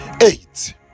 eight